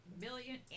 million